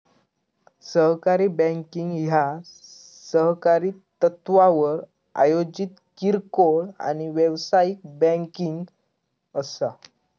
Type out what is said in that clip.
सहकारी बँकिंग ह्या सहकारी तत्त्वावर आयोजित किरकोळ आणि व्यावसायिक बँकिंग असा